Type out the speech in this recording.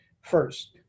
first